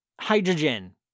hydrogen